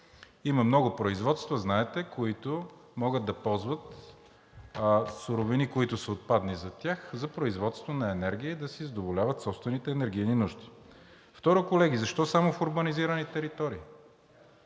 Има много производства, знаете, които могат да ползват суровини, които са отпадни за тях, за производство на енергия и да си задоволяват собствените енергийни нужди. Второ, колеги, защо само в урбанизирани територии?